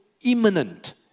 imminent